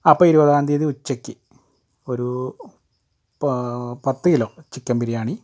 അപ്പം ഇരുപതാം തീയതി ഉച്ചക്ക് ഒരു പത്ത് കിലോ ചിക്കൻ ബിരിയാണി